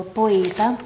poeta